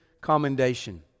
commendation